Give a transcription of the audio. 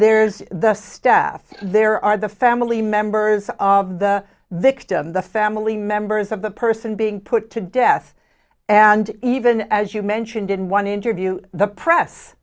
there's the staff there are the family members of the victim the family members of the person being put to death and even as you mentioned in one interview the press